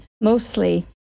Mostly